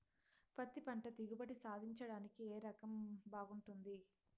పత్తి పంట దిగుబడి సాధించడానికి ఏ రకం బాగుంటుంది?